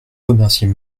remercier